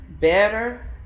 better